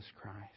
Christ